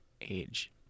age